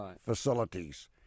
facilities